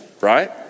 Right